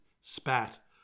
spat